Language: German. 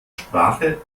sprache